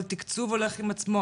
כל תקצוב הולך עם עצמו,